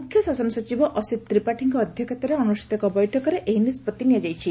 ମୁଖ୍ୟ ଶାସନ ସଚିବ ଅସୀତ ତ୍ରିପାଠୀଙ୍କ ଅଧ୍ୟକ୍ଷତାରେ ଅନୁଷ୍ଷତ ଏକ ବୈଠକରେ ଏହି ନିଷ୍ବଭି ନିଆଯାଇଛି